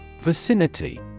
Vicinity